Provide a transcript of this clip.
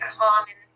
common